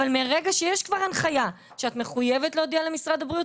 אבל מרגע שיש כבר הנחיה שאת מחויבת להודיע למשרד הבריאות,